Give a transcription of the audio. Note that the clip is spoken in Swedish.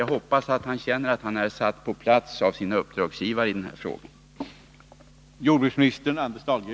Jag hoppas att han känner att han i den här frågan är satt på plats av sina uppdragsgivare.